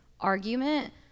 Argument